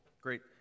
great